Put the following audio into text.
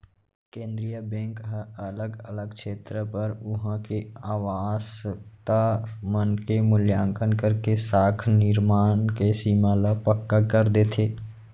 केंद्रीय बेंक ह अलग अलग छेत्र बर उहाँ के आवासकता मन के मुल्याकंन करके साख निरमान के सीमा ल पक्का कर देथे